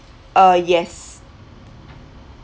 uh yes